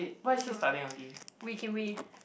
don't know eh Wee Kim Wee